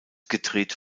gedreht